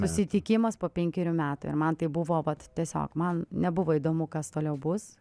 susitikimas po penkerių metų ir man tai buvo vat tiesiog man nebuvo įdomu kas toliau bus